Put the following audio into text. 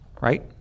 right